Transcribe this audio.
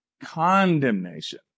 condemnation